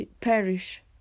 perish